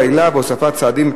העילה והוספת סעדים),